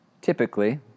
Typically